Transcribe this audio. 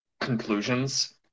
conclusions